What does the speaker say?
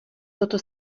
toto